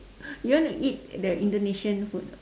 you want to eat the indonesian food